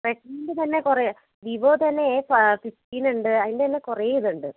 റെഡ്മിറ്റെ തന്നെ കുറെ വിവോൻ്റെ തന്നെ എ ഫിഫ്റ്റീൻ ഉണ്ട് അതിൻ്റെ തന്നെ കുറെ ഇതുണ്ട്